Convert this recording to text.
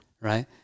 right